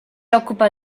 occupa